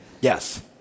Yes